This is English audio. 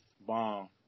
Bomb